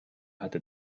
hatte